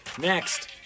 Next